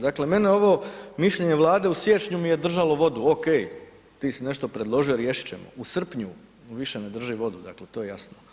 Dakle mene ovo mišljenje Vlade u siječnju mi je držalo vodu, ok, tisi nešto predložio, riješio, u srpnju više ne drži vodu, dakle to je jasno.